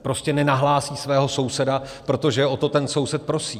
Prostě nenahlásí svého souseda, protože je o to ten soused prosí.